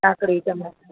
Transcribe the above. કાકડી ટમેટા